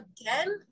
again